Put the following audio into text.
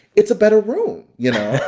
it's a better room, you know?